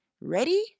ready